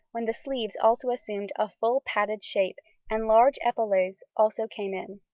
when the sleeves also assumed a full padded shape and large epaulets also came in.